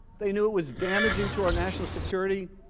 they knew it was damaging to our national security,